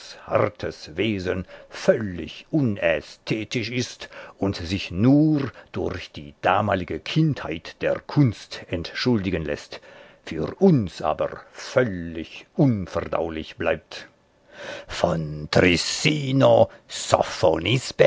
hartes wesen völlig unästhetisch ist und sich nur durch die damalige kindheit der kunst entschuldigen läßt für uns aber völlig unverdaulich bleibt von